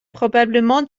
probablement